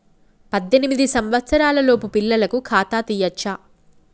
పద్దెనిమిది సంవత్సరాలలోపు పిల్లలకు ఖాతా తీయచ్చా?